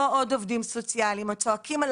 לא עוד עובדים סוציאליים הצועקים על